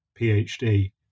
PhD